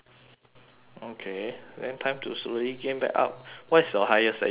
okay then time to slowly gain back up what's your highest that you have ever been